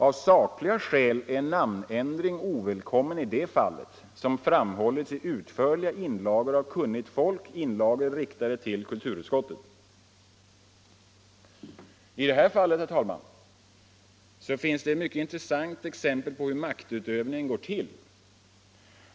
Av sakliga skäl är en namnändring i det fallet ovälkommen, vilket har framhållits i utförliga inlagor av kunnigt folk, riktade till kulturutskottet. I det här fallet, herr talman, finns det ett mycket intressant exempel på hur maktutövningen går till.